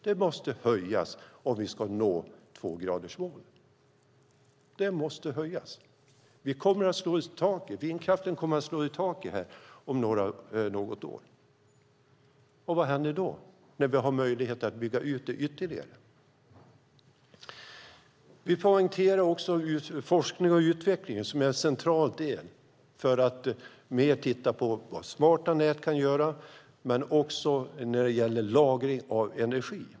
Det måste höjas om vi ska nå 2-gradersmålet. Vindkraften kommer att slå i taket om något år, och vad händer då när vi har möjlighet att bygga ut den ytterligare? Vi poängterar också forskning och utveckling som är en central del för att titta på vad smarta nät kan göra. Det gäller även lagring av energi.